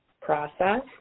process